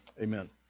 amen